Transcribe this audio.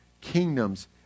kingdoms